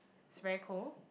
it's very cold